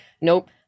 nope